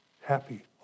Happy